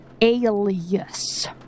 alias